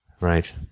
Right